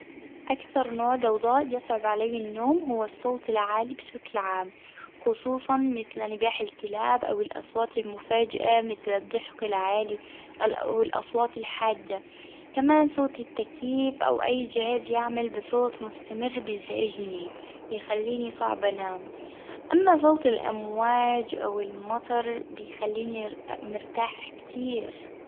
أاكثر نوع ضوضاء يصعب عليه النوم هو الصوت العالي بشكل عام، خصوصًا مثل نباح الكلاب أو الأصوات المفاجئة مثل الضحك العالي والأصوات الحادة، كمان صوت التكييف أو أي جهاز يعمل بصوت مستمر بيزعجني يخليني صعب أنام، أما صوت الأمواج أو المطر بيخليني مرتاح كتير.